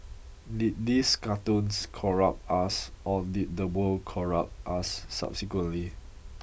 did these cartoons corrupt us or did the world corrupt us subsequently